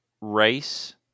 race